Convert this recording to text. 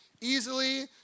easily